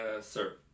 sir